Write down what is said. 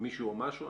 מישהו או משהו.